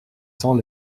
sans